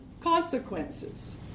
consequences